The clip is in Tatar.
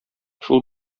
шул